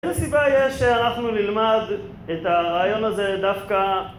איזה סיבה יש שאנחנו נלמד את הרעיון הזה דווקא